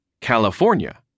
California